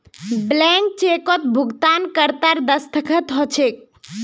blank चेकत भुगतानकर्तार दस्तख्त ह छेक